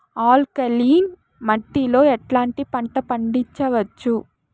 Alkaline మట్టి లో ఎట్లాంటి పంట పండించవచ్చు,?